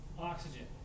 oxygen